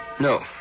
No